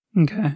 Okay